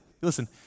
Listen